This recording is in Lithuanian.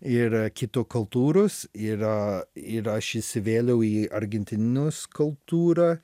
ir kito kultūros yra ir aš įsivėliau į argentinos kultūrą